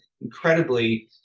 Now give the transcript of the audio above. incredibly